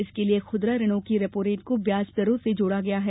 इसके लिए खुदरा ऋणों की रेपो रेट को ब्याज दरों से जोडा गया है